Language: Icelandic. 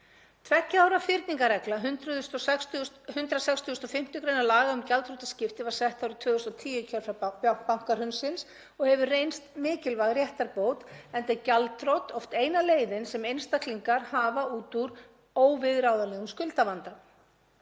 Tveggja ára fyrningarreglan í 165. gr. laga um gjaldþrotaskipti var sett árið 2010 í kjölfar bankahrunsins og hefur reynst mikilvæg réttarbót enda er gjaldþrot oft eina leiðin sem einstaklingar hafa út úr óviðráðanlegum skuldavanda.